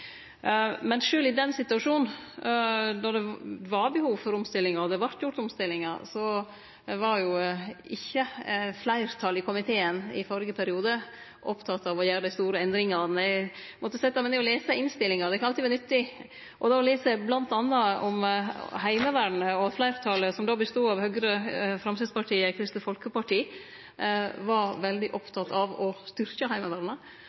Men sjølv i den situasjonen, då det var behov for omstillingar og det vart gjort omstillingar, var ikkje fleirtalet i komiteen i førre periode oppteke av å gjere dei store endringane. Eg måtte setje meg ned og lese innstillinga – det kan alltid vere nyttig – og då las eg m.a. om Heimevernet. Og fleirtalet, som då bestod av Høgre, Framstegspartiet og Kristeleg Folkeparti, var veldig oppteke av å styrkje Heimevernet